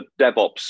DevOps